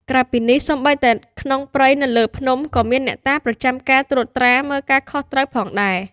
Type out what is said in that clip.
ក្រៅពីនេះ សូម្បីតែក្នុងព្រៃ នៅលើភ្នំ ក៏មានអ្នកតាប្រចាំការត្រួតត្រា មើលការខុសត្រូវផងដែរ។